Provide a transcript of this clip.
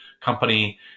Company